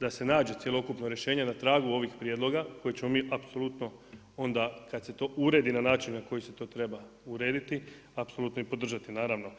da se nađe cjelokupno rješenje na tragu ovih prijedloga koje ćemo mi apsolutno onda kad se to uredi na način na koji se to treba urediti, apsolutno i podržati naravno.